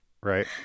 right